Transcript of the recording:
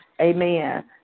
amen